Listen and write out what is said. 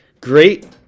great